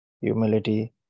Humility